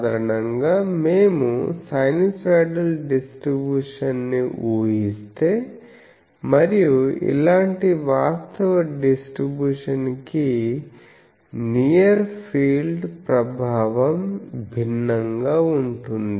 సాధారణంగా మేము sinusoidal distribution ని ఊహిస్తే మరియు ఇలాంటి వాస్తవ డిస్ట్రిబ్యూషన్ కి నియర్ ఫీల్డ్ ప్రభావం భిన్నంగా ఉంటుంది